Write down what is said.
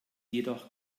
jedoch